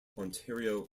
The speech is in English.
ontario